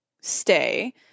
stay